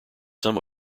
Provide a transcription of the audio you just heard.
some